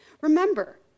Remember